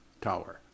Tower